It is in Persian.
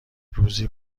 روزی